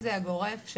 הגורף,